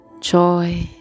joy